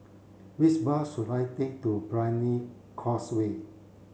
which bus should I take to Brani Causeway